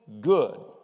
good